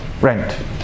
rent